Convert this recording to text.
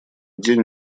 день